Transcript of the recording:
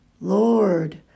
Lord